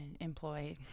employ